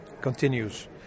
continues